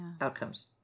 outcomes